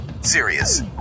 serious